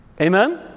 Amen